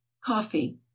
coffee